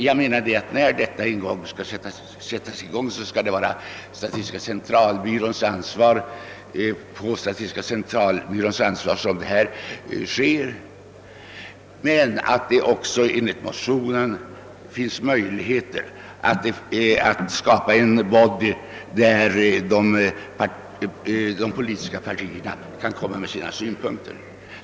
Jag menar dock att undersökningarna, när de en gång skall sättas i gång på allvar, bör företas på statistiska centralbyråns ansvar men att det också enligt motionen bör finnas möjlighet att skapa en body där de politiska partierna har möjlighet att anföra sina synpunkter.